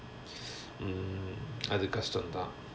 mm அது கஷ்டோ தான்:athu kashto thaan